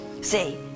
See